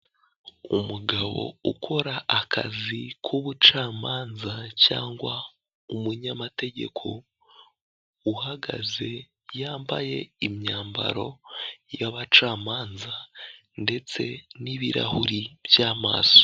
Umugabo ukora akazi k'ubucamanza cyangwa umunyamategeko uhagaze yambaye imyambaro y'ab'abacamanza ndetse n'ibirahuri by'amaso.